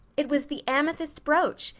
it was the amethyst brooch,